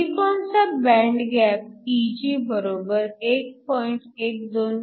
silicon चा band gap Eg 1